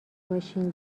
باشین